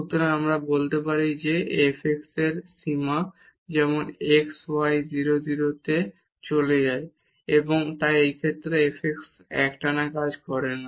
সুতরাং আমরা বলতে পারি যে f x এর সীমা যেমন x y 0 0 তে চলে যায় এবং তাই এই ক্ষেত্রে এই f x একটানা কাজ করে না